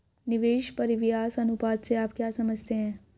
निवेश परिव्यास अनुपात से आप क्या समझते हैं?